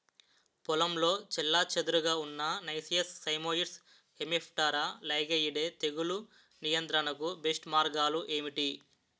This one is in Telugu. పొలంలో చెల్లాచెదురుగా ఉన్న నైసియస్ సైమోయిడ్స్ హెమిప్టెరా లైగేయిడే తెగులు నియంత్రణకు బెస్ట్ మార్గాలు ఏమిటి?